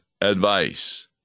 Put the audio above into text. advice